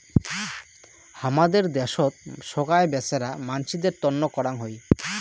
হামাদের দ্যাশোত সোগায় বেচেরা মানসিদের তন্ন করাং হই